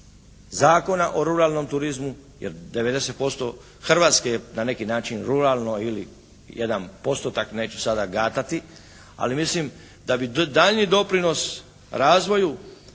Zakona o ruralnom turizmu, jer 90% Hrvatske je na neki način ruralno ili jedan postotak neću sada gatati, ali mislim da bi daljnji doprinos razvoju